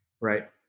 right